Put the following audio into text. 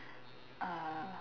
uh